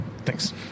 Thanks